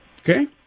Okay